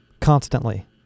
Constantly